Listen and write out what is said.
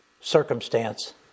circumstance